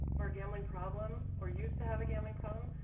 or gambling problem or used to have a gambling problem,